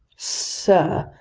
sir,